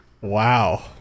Wow